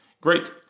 Great